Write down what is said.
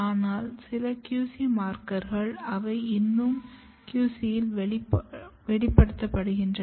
ஆனால் சில QC மார்க்கர்கள் அவை இன்னும் QC இல் வெளிப்படுத்தப்படுகின்றன